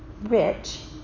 rich